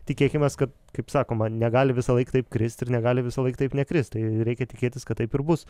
tikėkimės kad kaip sakoma negali visąlaik taip kristi ir negali visąlaik taip nekrist tai reikia tikėtis kad taip ir bus